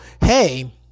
Hey